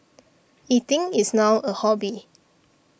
eating is now a hobby